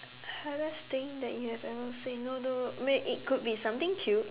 hardest thing that you have ever said no to may~ it could be something cute